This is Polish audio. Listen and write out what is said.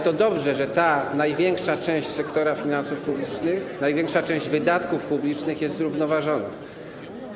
To dobrze, że ta największa część sektora finansów publicznych, największa część wydatków publicznych jest zrównoważona.